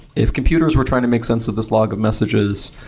if computers were trying to make sense of this log of messages,